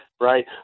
Right